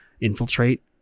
infiltrate